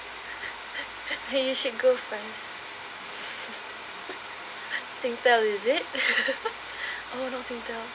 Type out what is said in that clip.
!hey! you should go first Singtel is it oh Singtel